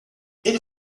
ela